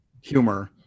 humor